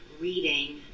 reading